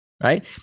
right